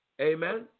Amen